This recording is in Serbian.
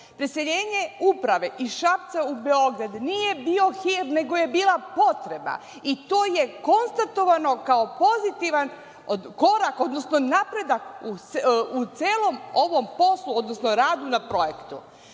Preseljenje uprave iz Šapca u Beograd nije bio hir, nego je bila potreba i to je konstatovano kao pozitivan korak, odnosno napredak u celom ovom poslu, odnosno radu na projektu. Molim